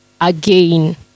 again